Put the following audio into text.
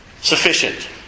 sufficient